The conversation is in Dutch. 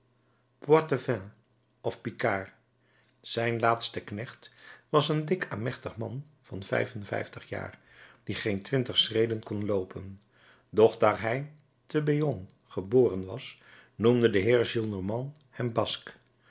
of picard zijn laatste knecht was een dik amechtig man van vijf-en-vijftig jaar die geen twintig schreden kon loopen doch daar hij te bayonne geboren was noemde de heer gillenormand hem basque